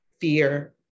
fear